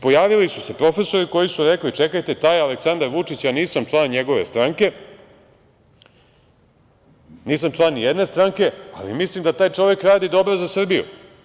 Pojavili su se profesori koji su rekli – čekajte, taj Aleksandar Vučić, ja nisam član njegove stranke, nisam član ni jedne stranke, ali mislim da taj čovek radi dobro za Srbiju.